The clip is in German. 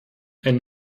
einen